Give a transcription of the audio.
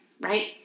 right